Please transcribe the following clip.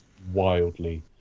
wildly